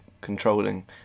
controlling